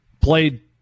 played –